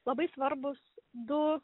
labai svarbūs du